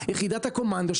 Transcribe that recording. יחידת הקומנדו,